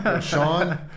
Sean